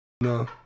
no